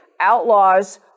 outlaws